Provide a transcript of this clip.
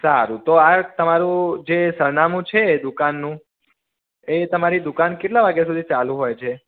સારું તો આ તમારું જે સરનામું છે દુકાનનું એ તમારી દુકાન કેટલા વાગ્યા સુધી ચાલુ હોય છે